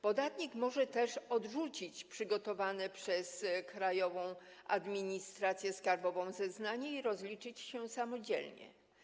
Podatnik może też odrzucić przygotowane przez Krajową Administrację Skarbową zeznanie i rozliczyć się samodzielnie.